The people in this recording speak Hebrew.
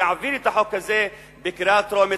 יעביר את החוק הזה בקריאה טרומית,